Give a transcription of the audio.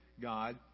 God